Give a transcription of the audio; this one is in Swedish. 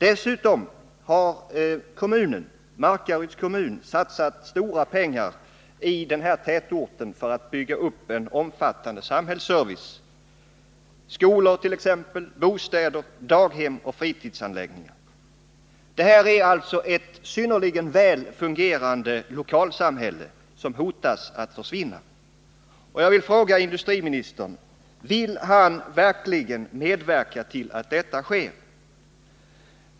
Dessutom har Markaryds kommun satsat stora pengar på den här tätorten för att bygga upp en omfattande samhällsservice. Det gäller t.ex. tillkomsten av skolor, daghem och anläggningar för fritidsändamål. Det är här alltså fråga om ett synnerligen välfungerande lokalsamhälle som nu riskerar att direkt dö ut. Jag vill fråga industriministern: Vill industriministern verkligen medverka till att så sker?